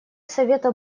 совета